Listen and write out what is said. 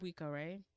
right